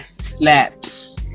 slaps